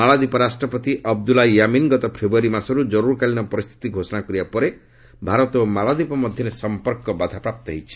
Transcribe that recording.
ମାଳଦ୍ୱୀପ ରାଷ୍ଟ୍ରପତି ଅବଦୁଲ୍ଲା ୟାମିନ୍ ଗତ ଫେବୃୟାରୀ ମାସରୁ ଜରୁରୀକାଳୀନ ପରିସ୍ଥିତି ଘୋଷଣା କରିବା ପରେ ଭାରତ ଓ ମାଳଦ୍ୱୀପ ମଧ୍ୟରେ ସଂପର୍କ ବାଧାପ୍ରାପ୍ତ ହୋଇଛି